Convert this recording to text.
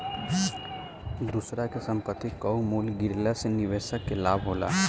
दूसरा के संपत्ति कअ मूल्य गिरला से निवेशक के लाभ होला